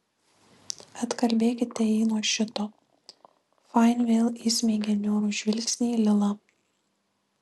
atkalbėkite jį nuo šito fain vėl įsmeigė niūrų žvilgsnį į lilą